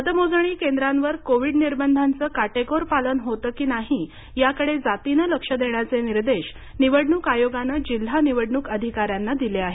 मतमोजणी केंद्रांवर कोविड निर्बंधांच काटेकोर पालन होतं की नाही याकडे जातीनं लक्ष देण्याचे निर्देश निवडणूक आयोगानं जिल्हा निवडणूक अधिकार्याना दिले आहेत